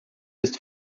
ist